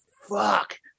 fuck